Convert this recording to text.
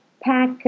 pack